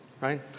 right